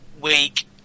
week